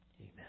Amen